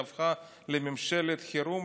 היא הפכה לממשלת חירום,